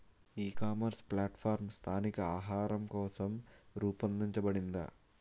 ఈ ecommerce platform స్థానిక ఆహారం కోసం రూపొందించబడిందా?